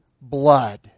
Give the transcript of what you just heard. blood